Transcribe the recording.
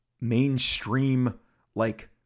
mainstream-like